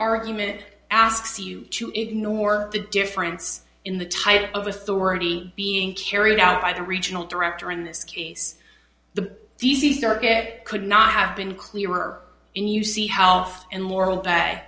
argument asks you to ignore the difference in the type of authority being carried out by the regional director in this case the d c circuit could not have been clearer and you see how often moral ba